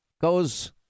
goes